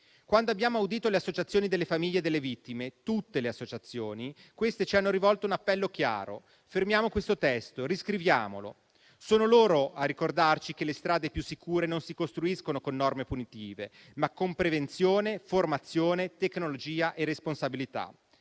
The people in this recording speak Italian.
Quando abbiamo audito le associazioni delle famiglie delle vittime -tutte le associazioni - queste ci hanno rivolto un appello chiaro: fermiamo questo testo, riscriviamolo. Sono loro a ricordarci che le strade più sicure non si costruiscono con norme punitive, ma con prevenzione, formazione, tecnologia e responsabilità.